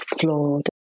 flawed